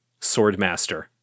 swordmaster